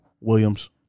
Williams